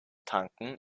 tanken